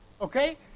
Okay